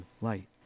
light